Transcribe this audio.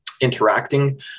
interacting